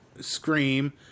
scream